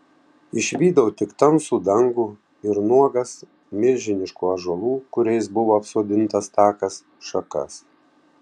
išvydau tik tamsų dangų ir nuogas milžiniškų ąžuolų kuriais buvo apsodintas takas šakas